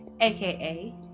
AKA